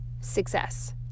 success